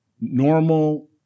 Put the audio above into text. normal